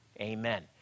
Amen